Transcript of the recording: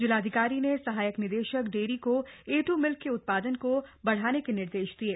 जिलाधिकारी ने सहायक निदेशक डेयरी को ए टू मिल्क के उत्पादन को बढ़ाने के निर्देश दिये